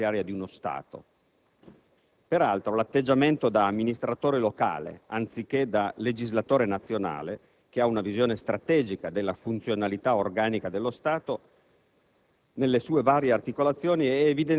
se riscontrato nella manovra finanziaria di uno Stato. Peraltro, l'atteggiamento da amministratore locale, anziché da legislatore nazionale che ha una visione strategica della funzionalità organica dello Stato